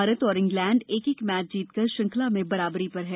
भारत और इंग्लैंड एक एक मैच जीत कर श्रृंखला में बराबरी पर हैं